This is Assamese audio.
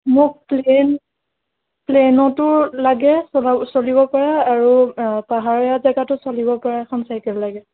মোক প্লেইন প্লেইনতো লাগে চলা চলিব পৰা আৰু পাহাৰীয়া জাগাটো চলিব পৰা এখন চাইকেল লাগে